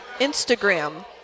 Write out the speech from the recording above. Instagram